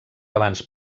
abans